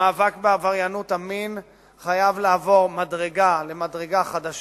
המאבק בעבריינות המין חייב לעבור למדרגה חדשה,